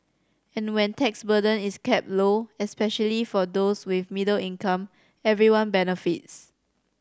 and when tax burden is kept low especially for those with middle income everyone benefits